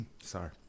sorry